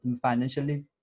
Financially